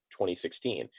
2016